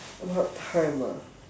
what time ah